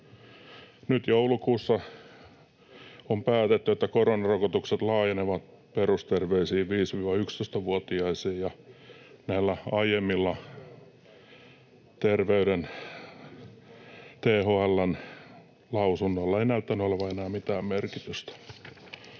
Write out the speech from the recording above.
Nyt joulukuussa on päätetty, että koronarokotukset laajenevat perusterveisiin 5—11‑vuotiaisiin, ja näillä aiemmilla THL:n lausunnoilla ei näyttänyt olevan enää mitään merkitystä.